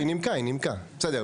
היא נימקה את זה.